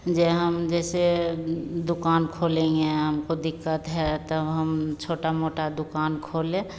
जो हम जैसे दुक़ान खोलेंगे हमको दिक्कत है तब हम छोटी मोटी दुक़ान खोलें